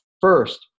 first